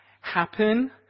happen